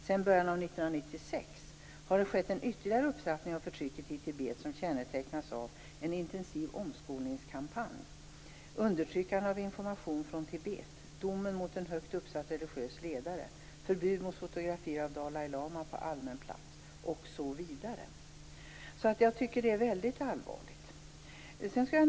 Sedan början av 1996 har det skett en ytterligare upptrappning av förtrycket i Tibet som kännetecknas av: en intensiv omskolningskampanj, undertryckande av information från Tibet, domen mot en högt uppsatt religiös ledare, förbud mot fotografier av Dalai lama på allmän plats. Läget är alltså väldigt allvarligt.